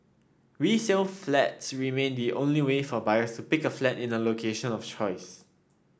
resale flats remain the only way for buyers to pick a flat in a location of choice